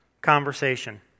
conversation